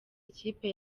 ikipe